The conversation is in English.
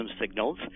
signals